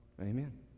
Amen